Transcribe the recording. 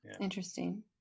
Interesting